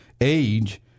age